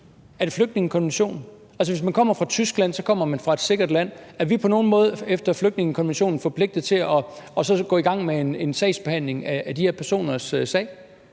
Er det flygtningekonventionen? Altså, hvis man kommer fra Tyskland, kommer man fra et sikkert land. Er vi på nogen måde efter flygtningekonventionen forpligtet til så at gå i gang med en sagsbehandling af de her personers sager?